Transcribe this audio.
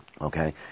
okay